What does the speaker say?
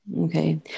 Okay